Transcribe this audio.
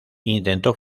intentó